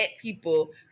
people